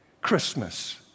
Christmas